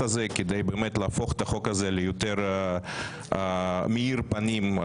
הזה כדי באמת להפוך את החוק הזה ליותר מאיר פנים